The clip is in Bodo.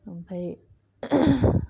ओमफ्राय